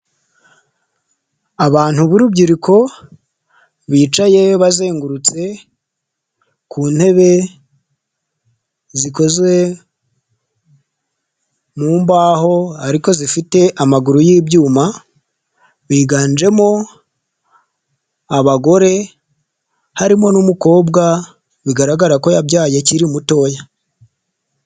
Abantu b'urubyiruko bicaye bazengurutse ku ntebe zikozwe mu mbaho ariko zifite amaguru y'ibyuma, biganjemo abagore, harimo n'umukobwa bigaragara ko yabyaye akiri mutoya.